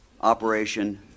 Operation